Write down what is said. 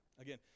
Again